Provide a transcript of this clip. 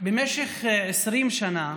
במשך 20 שנה,